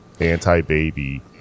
anti-baby